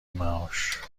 معاش